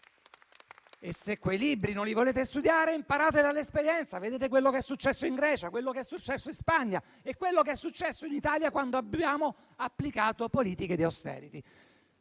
Se quei libri non li volete studiare, imparate dall'esperienza, vedete quello che è successo in Grecia, in Spagna e quello che è successo in Italia quando abbiamo applicato politiche di *austerity*.